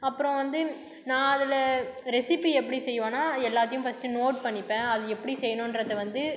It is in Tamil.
அப்புறம் வந்து நான் அதில் ரெசிபி எப்படி செய்வேனா எல்லாத்தையும் ஃபஸ்ட்டு நோட் பண்ணிப்பேன் அது எப்படி செய்ணுன்றதை வந்து